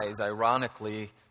ironically